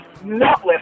nutless